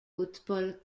football